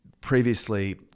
previously